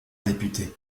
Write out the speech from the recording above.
député